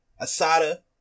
Asada